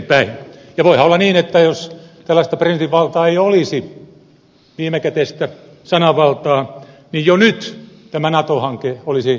ja voihan olla niin että jos tällaista presidentinvaltaa ei olisi viimekätistä sananvaltaa niin jo nyt tämä nato hanke olisi paljon pidemmällä